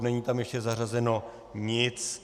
Není tam ještě zařazeno nic.